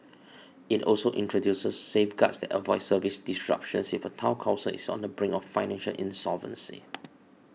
it also introduces safeguards that avoid service disruptions if a Town Council is on the brink of financial insolvency